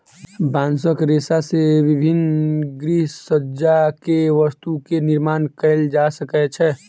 बांसक रेशा से विभिन्न गृहसज्जा के वस्तु के निर्माण कएल जा सकै छै